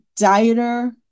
dieter